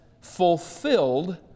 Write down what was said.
fulfilled